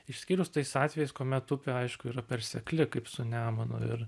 išskyrus tais atvejais kuomet upė aišku yra per sekli kaip su nemunu ir